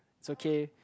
it's okay